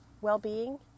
well-being